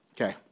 Okay